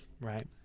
right